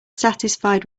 satisfied